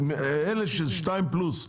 זה אלה של שתיים פלוס,